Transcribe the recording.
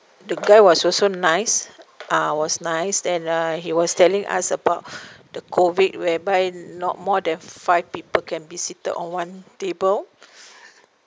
the guy was also nice uh was nice then uh he was telling us about the COVID whereby not more than five people can be seated on one table